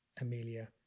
Amelia